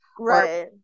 Right